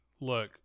look